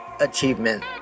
Achievement